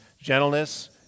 gentleness